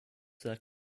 that